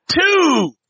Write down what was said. Two